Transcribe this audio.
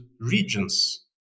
regions